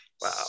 Wow